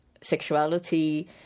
sexuality